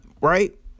right